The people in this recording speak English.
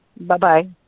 Bye-bye